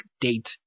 date